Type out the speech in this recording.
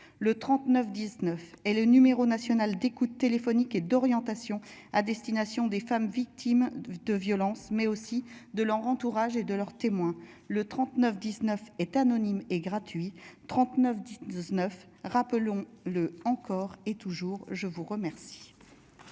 le 39 19 et le numéro national d'écoute téléphonique et d'orientation à destination des femmes victimes de violence mais aussi de leur entourage et de leurs témoins le 39 19 est anonyme et gratuit 39 19 rappelons-le encore et toujours. Je vous remercie.